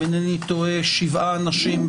אם אינני טועה חייהם של שבעה אנשים